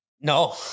No